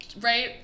right